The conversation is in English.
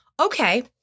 Okay